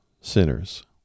sinners